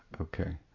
Okay